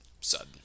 sudden